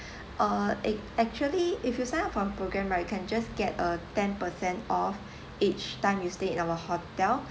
uh ac~ actually if you sign up for our programme right you can just get a ten per cent of each time you stay in our hotel